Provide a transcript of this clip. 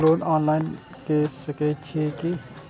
हमू loan online के सके छीये की?